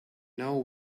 know